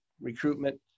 recruitment